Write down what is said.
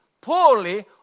poorly